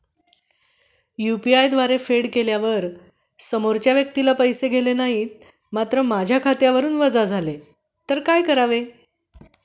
UPI द्वारे फेड केल्यावर समोरच्या व्यक्तीला पैसे गेले नाहीत मात्र माझ्या खात्यावरून वजा झाले तर काय करावे?